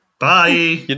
Bye